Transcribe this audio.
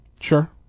Sure